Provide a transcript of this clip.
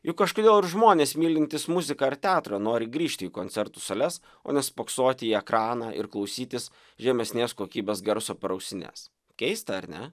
juk kažkodėl ir žmonės mylintys muziką ar teatrą nori grįžti į koncertų sales o nespoksoti į ekraną ir klausytis žemesnės kokybės garso per ausines keista ar ne